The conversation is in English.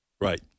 Right